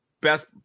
best